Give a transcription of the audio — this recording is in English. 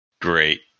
Great